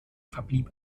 verblieb